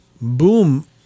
boom